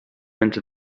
into